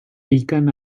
beacon